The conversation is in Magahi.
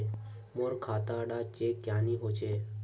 मोर खाता डा चेक क्यानी होचए?